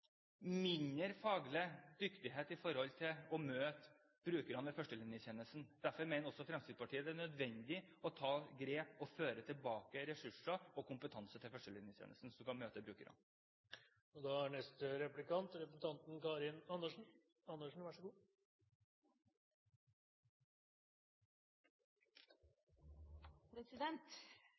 mindre faglig dyktighet i det å møte brukerne i førstelinjetjenesten. Derfor mener Fremskrittspartiet det er nødvendig å ta grep og føre ressurser og kompetanse tilbake til førstelinjetjenesten, som skal møte brukerne. Fremskrittspartiet er bekymret for at det er